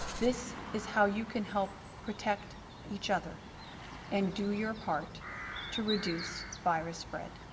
this is how you can help protect each other and do your part to reduce virus spread.